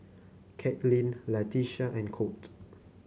Katlin Latisha and Colt